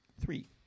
Three